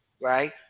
right